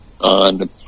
On